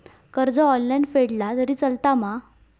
कर्ज ऑनलाइन फेडला तरी चलता मा?